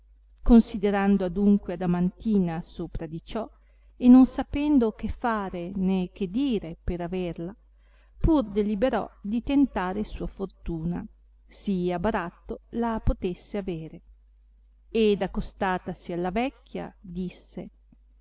considerando adunque adamantina sopra di ciò e non sapendo che fare né che dire per averla pur deliberò di tentare sua fortuna si a baratto la potesse avere ed accostatasi alla vecchia disse